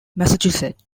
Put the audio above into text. massachusetts